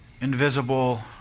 invisible